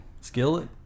Skillet